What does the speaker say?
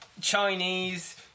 Chinese